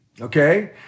Okay